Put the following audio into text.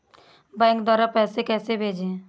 Bank द्वारा पैसे कैसे भेजें?